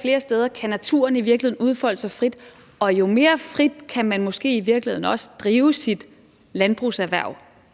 flere steder kan naturen i virkeligheden udfolde sig frit, og jo mere frit kan man måske i virkeligheden drive sit landbrugserhverv